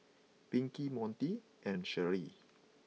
Pinkie Montie and Sherrie